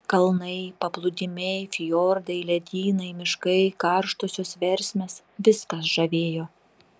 kalnai paplūdimiai fjordai ledynai miškai karštosios versmės viskas žavėjo